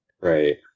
Right